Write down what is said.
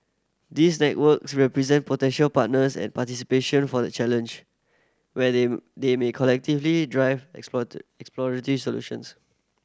these network represent potential partners and participantion for the Challenge where they they may collectively drive exploratory solutions